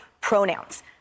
pronouns